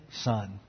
son